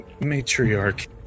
Matriarch